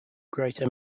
greater